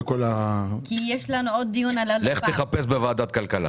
לך תחפש בוועדת כלכלה.